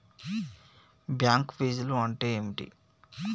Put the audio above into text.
Bank ఫీజ్లు అంటే ఏమిటి?